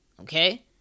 Okay